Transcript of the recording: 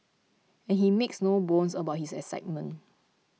and he makes no bones about his excitement